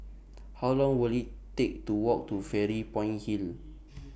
How Long Will IT Take to Walk to Fairy Point Hill